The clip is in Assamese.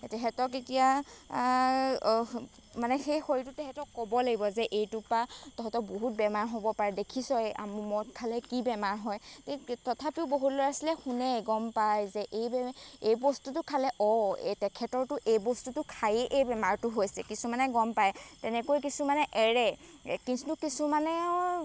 তেহেঁতক এতিয়া মানে সেই শৰীৰটো তেহেঁতক ক'ব লাগিব যে এইটোৰ পৰা তহঁতক বহুত বেমাৰ হ'ব পাৰে দেখিছই মদ খালে কি বেমাৰ হয় তথাপিও বহুত ল'ৰা ছোৱালীয়ে শুনে গম পায় যে এই বস্তুটো খালে অঁ এই তেখেতৰতো এই বস্তুটো খায়েই এই বেমাৰটো হৈছে কিছুমানে গম পায় তেনেকৈ কিছুমানে এৰে কিছু কিছুমানে